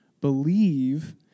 believe